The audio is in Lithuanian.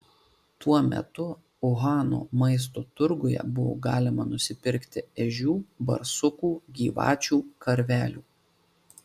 tuo metu uhano maisto turguje buvo galima nusipirkti ežių barsukų gyvačių karvelių